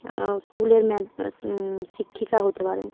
স্কুলের শিক্ষিকা হতে পারেন